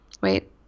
wait